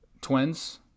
Twins